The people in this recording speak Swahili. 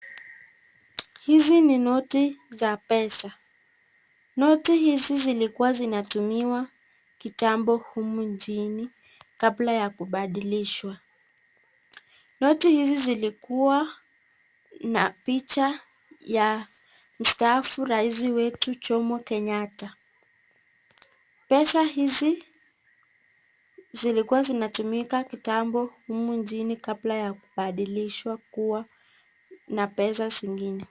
Hizi ni noti za pesa. Noti hizi zilikua zinatumiwa kitambo humu nchini kabla ya kubadilishwa. Noti hizi zilikua na picha ya mstaafu raisi wetu Jomo Kenyatta. Pesa hizi zilikua zinatumika kitambo humu nchini kabla ya kubadilishwa kua na pesa zengine.